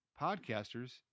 podcasters